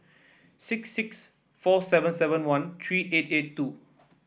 six six four seven seven one three eight eight two